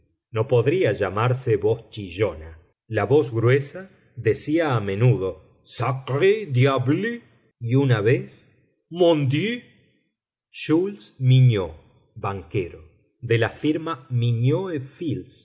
no podría llamarse voz chillona la voz gruesa decía a menudo sacré diable y una vez mon dieu jules mignaud banquero de la firma mignaud et fils